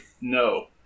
No